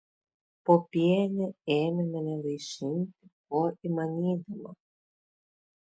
popienė ėmė mane vaišinti kuo įmanydama